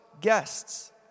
guests